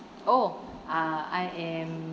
oh uh I am